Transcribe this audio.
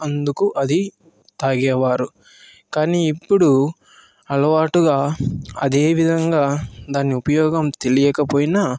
అందుకు అది తాగేవారు కానీ ఇప్పుడు అలవాటుగా అదే విధంగా దాని ఉపయోగం తెలియకపోయినా